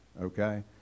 okay